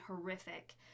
horrific